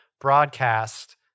broadcast